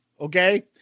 okay